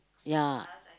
ya